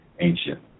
ancient